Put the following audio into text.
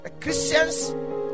Christian's